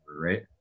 Right